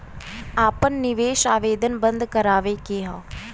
आपन निवेश आवेदन बन्द करावे के हौ?